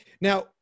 Now